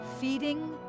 feeding